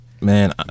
Man